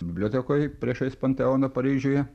bibliotekoj priešais panteoną paryžiuje